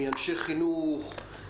מאנשי חינוך,